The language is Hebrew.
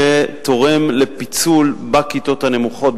שתורם לפיצול בכיתות הנמוכות,